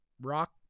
rock